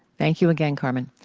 thank you again, carmen.